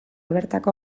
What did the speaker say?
bertako